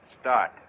Start